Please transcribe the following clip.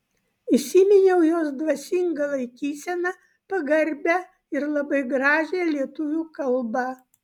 įsiminiau jos dvasingą laikyseną pagarbią ir labai gražią lietuvių kalbą